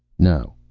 no.